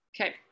Okay